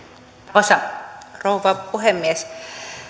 arvoisa rouva puhemies